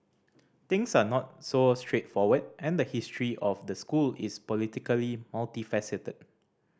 things are not so straightforward and the history of the school is politically multifaceted